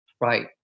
Right